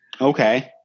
Okay